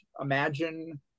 imagine